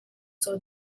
caw